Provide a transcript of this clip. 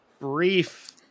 brief